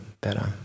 better